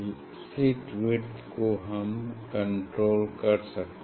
slit width को हम control कर सकते हैं